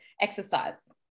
exercise